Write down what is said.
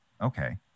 Okay